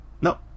No